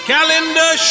Calendar